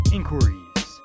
Inquiries